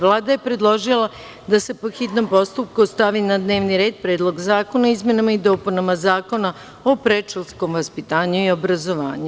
Vlada je predložila da se, po hitnom postupku, stavi na dnevni red Predlog zakona o izmenama i dopunama Zakona o predškolskom vaspitanju i obrazovanju.